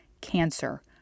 cancer